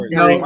no